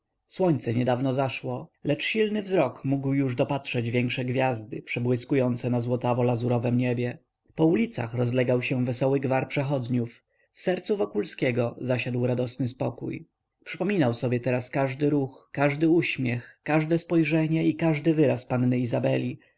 słońce niedawno zaszło lecz silny wzrok mógł już dopatrzeć większe gwiazdy przebłyskujące na złotawo lazurowem niebie po ulicach rozlegał się wesoły gwar przechodniów w sercu wokulskiego zasiadł radosny spokój przypominał sobie każdy ruch każdy uśmiech każde spojrzenie i każdy wyraz panny izabeli z